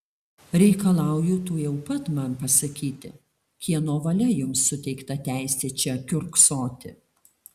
reikalauju tuojau pat man pasakyti kieno valia jums suteikta teisė čia kiurksoti